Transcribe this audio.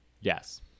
Yes